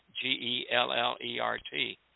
G-E-L-L-E-R-T